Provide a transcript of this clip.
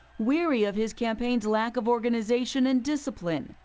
weary of his campaign's lack of organization and discipline.